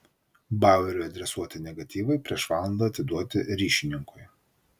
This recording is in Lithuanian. baueriui adresuoti negatyvai prieš valandą atiduoti ryšininkui